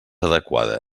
adequada